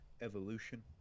evolution